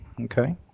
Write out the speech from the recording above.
Okay